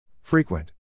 Frequent